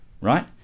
right